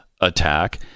attack